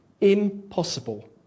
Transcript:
Impossible